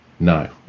No